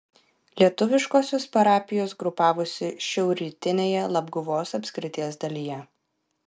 lietuviškosios parapijos grupavosi šiaurrytinėje labguvos apskrities dalyje